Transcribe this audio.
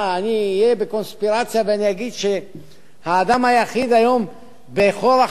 אני אהיה בקונספירציה ואני אגיד שהאדם היחיד היום בכל רחבי